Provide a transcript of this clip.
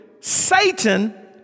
Satan